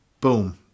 boom